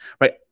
right